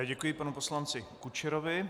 Děkuji panu poslanci Kučerovi.